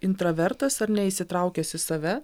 intravertas ar ne įsitraukęs į save